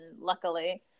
luckily